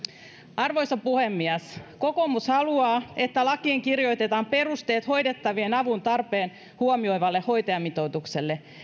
arvoisa puhemies kokoomus haluaa että lakiin kirjoitetaan perusteet hoidettavien avuntarpeen huomioivalle hoitajamitoitukselle